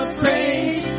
praise